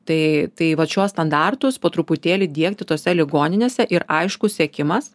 tai tai vat šiuos standartus po truputėlį diegti tose ligoninėse ir aiškus siekimas